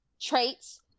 Traits